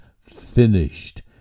finished